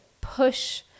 push